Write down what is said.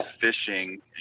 fishing